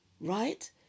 right